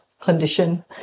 condition